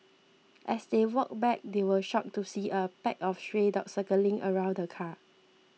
as they walked back they were shocked to see a pack of stray dogs circling around the car